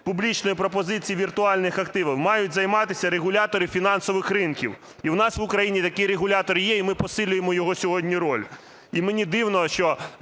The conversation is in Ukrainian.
публічної пропозиції віртуальних активів мають займатися регулятори фінансових ринків і в нас в Україні такий регулятор є, і ми посилюємо його сьогодні роль. І мені дивно, що